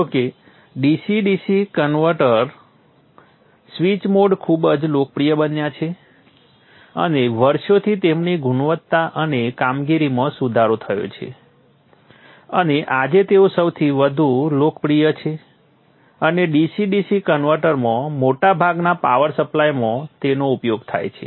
જો કે DC DC converter switched mode ખૂબ જ લોકપ્રિય બન્યા છે અને વર્ષોથી તેમની ગુણવત્તા અને કામગીરીમાં સુધારો થયો છે અને આજે તેઓ સૌથી વધુ લોકપ્રિય છે અને DC DC કન્વર્ટરમાં મોટા ભાગના પાવર સપ્લાયમાં તેનો ઉપયોગ થાય છે